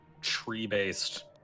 tree-based